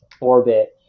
orbit